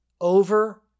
over